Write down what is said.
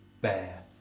bear